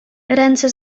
ręce